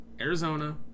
Arizona